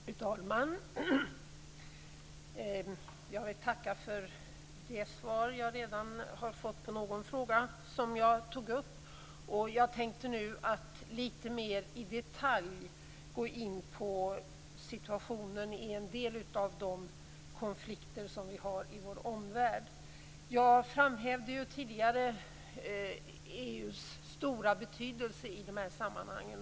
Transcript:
Fru talman! Jag vill tacka för det svar jag redan har fått på någon fråga som jag tog upp. Nu tänkte jag gå in lite mer i detalj på situationen i en del av de konflikter som vi har i vår omvärld. Jag framhävde ju tidigare EU:s stora betydelse i de här sammanhangen.